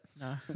No